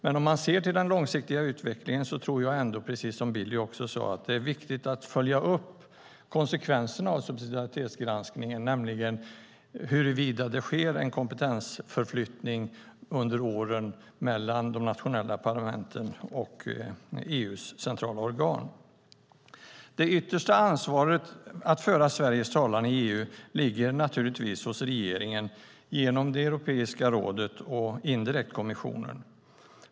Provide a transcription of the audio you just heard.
Men om vi ser till den långsiktiga utvecklingen tror jag dock, precis som Billy, att det är viktigt att följa upp konsekvenserna av subsidiaritetsgranskningen, alltså huruvida det över åren sker en kompetensförflyttning mellan de nationella parlamenten och EU:s centrala organ. Det yttersta ansvaret för att föra Sveriges talan i EU ligger naturligtvis hos regeringen genom Europeiska rådet och indirekt genom kommissionen.